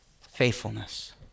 faithfulness